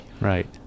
Right